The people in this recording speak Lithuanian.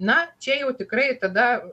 na čia jau tikrai tada